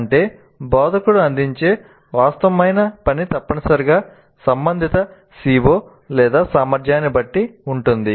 అంటే బోధకుడు అందించే వాస్తవమైన పని తప్పనిసరిగా సంబంధిత CO సామర్థ్యాన్ని బట్టి ఉంటుంది